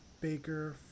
Baker